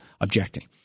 objecting